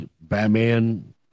Batman